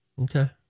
Okay